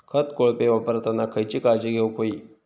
खत कोळपे वापरताना खयची काळजी घेऊक व्हयी?